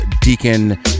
Deacon